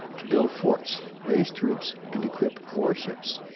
to build forts, raise troops, and equip war-ships.